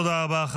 תודה רבה.